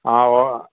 ആ ഓ